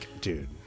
Dude